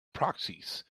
proxies